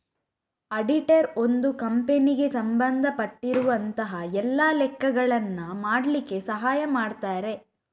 auditor ಒಂದು ಕಂಪನಿಗೆ ಸಂಬಂಧ ಪಟ್ಟಿರುವಂತಹ ಎಲ್ಲ ಲೆಕ್ಕಗಳನ್ನ ಮಾಡ್ಲಿಕ್ಕೆ ಸಹಾಯ ಮಾಡ್ತಾರೆ